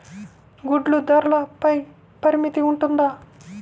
గుడ్లు ధరల పై పరిమితి ఉంటుందా?